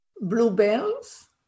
bluebells